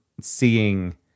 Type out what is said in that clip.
seeing